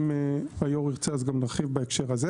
אם היו"ר ירצה, נרחיב גם בזה.